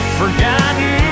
forgotten